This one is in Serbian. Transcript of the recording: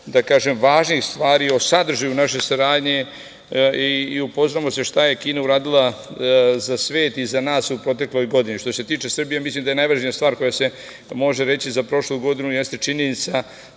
puno važnih stvari o sadržaju naše saradnje i upoznamo se šta je Kina uradila za svet i za nas u protekloj godini. Što se tiče Srbije, mislim da je najvažnija stvar koja se može reći za prošlu godinu jeste činjenica